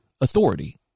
Authority